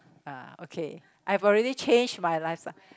uh okay I've already changed my lifestyle